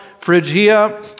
Phrygia